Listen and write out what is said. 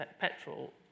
petrol